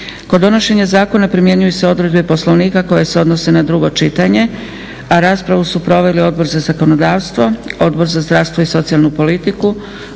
Kod donošenja zakona primjenjuju se odredbe Poslovnika koje se odnose na drugo čitanje, a raspravu su proveli Odbor za zakonodavstvo, Odbor za zdravstvo i socijalnu politiku,